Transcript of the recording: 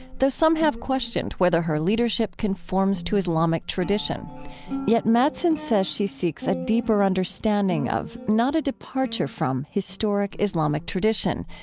though some have questioned whether her leadership conforms to islamic tradition yet mattson says she seeks a deeper understanding of not a departure from historic islamic tradition.